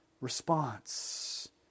response